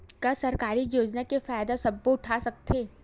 का सरकारी योजना के फ़ायदा सबो उठा सकथे?